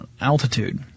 altitude